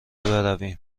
برویم